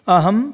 अहं